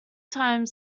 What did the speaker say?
time